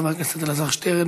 חבר הכנסת אלעזר שטרן.